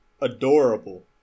adorable